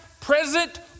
present